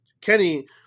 Kenny